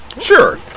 Sure